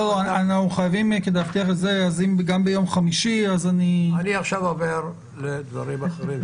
אני עובר לדברים אחרים.